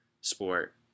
sport